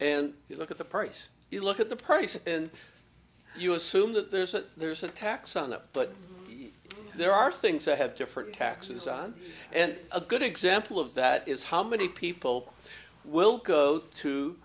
and you look at the price you look at the price and you assume that there's a there's a tax on the but there are things that have different taxes on and a good example of that is how many people will go to